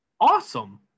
awesome